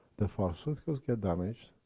the pharmaceuticals get damaged,